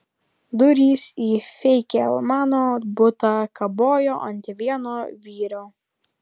durys į feigelmano butą kabojo ant vieno vyrio